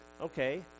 okay